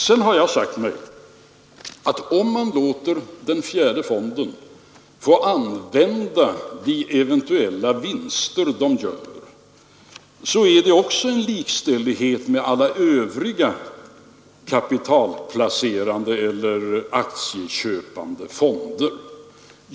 Sedan har jag sagt mig att om man låter den fjärde fonden använda de eventuella vinster den gör, så innebär det också en likställighet med alla övriga kapitalplacerande eller aktieköpande fonder.